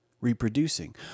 reproducing